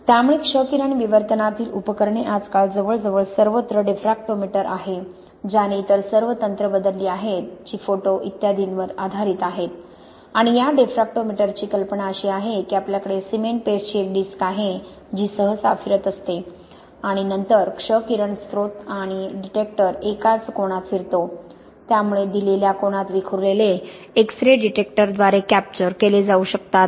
त्यामुळे क्ष किरण विवर्तनातील उपकरणे आजकाल जवळजवळ सर्वत्र डिफ्रॅक्टोमीटर आहे ज्याने इतर सर्व तंत्रे बदलली आहेत जी फोटो इत्यादींवर आधारित आहेत आणि या डिफ्रॅक्टोमीटरची कल्पना अशी आहे की आपल्याकडे सिमेंट पेस्टची एक डिस्क आहे जी सहसा फिरत असते आणि नंतर क्ष किरण स्त्रोत आणि डिटेक्टर एकाच कोनात फिरतो त्यामुळे दिलेल्या कोनात विखुरलेले एक्स रे डिटेक्टरद्वारे कॅप्चर केले जाऊ शकतात